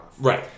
Right